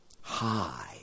high